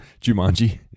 Jumanji